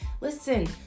listen